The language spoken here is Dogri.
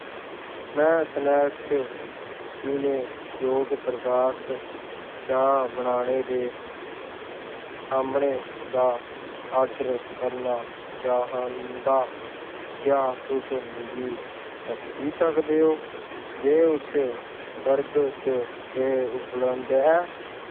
में स्नैक्स पीने जोग पदार्थें चाह् बनाने दे समानै दा आर्डर करना चाह्न्नां क्या तुस मिगी दस्सी सकदे ओ जे उस वर्ग च केह् उपलब्ध ऐ